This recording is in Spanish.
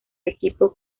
equipo